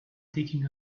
taking